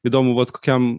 įdomu vat kokiam